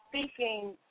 speaking